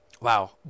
Wow